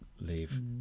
leave